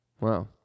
Wow